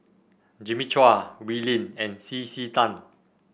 Jimmy Chua Wee Lin and C C Tan